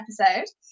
episode